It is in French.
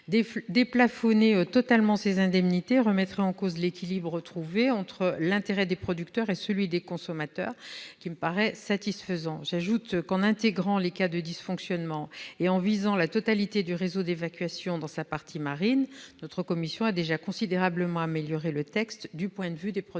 Déplafonner totalement ces indemnités remettrait en cause l'équilibre trouvé entre l'intérêt des producteurs et celui des consommateurs, qui me paraît satisfaisant. J'ajoute qu'en intégrant les cas de dysfonctionnements et en visant la totalité du réseau d'évacuation, notre commission a déjà considérablement amélioré le texte du point de vue des producteurs.